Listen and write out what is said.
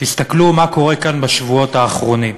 תסתכלו מה קורה כאן בשבועות האחרונים.